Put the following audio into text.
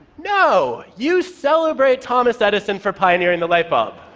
no. you celebrate thomas edison for pioneering the light bulb.